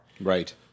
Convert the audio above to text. Right